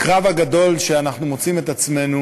הקרב הגדול שאנחנו מוצאים בו את עצמנו